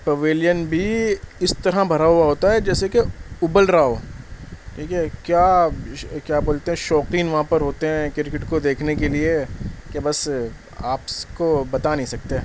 pavilion بھی اس طرح بھرا ہوا ہوتا ہے جیسے کہ ابل رہا ہو ٹھیک ہے کیا کیا بولتے ہیں شوقین وہاں پر ہوتے ہیں کرکٹ کو دیکھنے کے لیے کہ بس آپ کو بتا نہیں سکتے